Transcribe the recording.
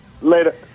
Later